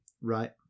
Right